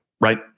Right